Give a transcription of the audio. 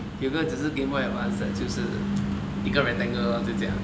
有一个只是 Gameboy advance 的就是一个 rectangle lor 就这样